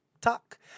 Talk